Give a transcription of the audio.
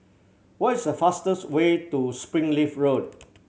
what is the fastest way to Springleaf Road